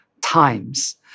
times